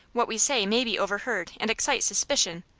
what we say may be overheard and excite suspicion.